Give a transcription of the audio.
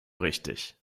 richtig